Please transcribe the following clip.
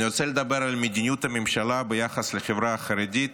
אני רוצה לדבר על מדיניות הממשלה ביחס לחברה החרדית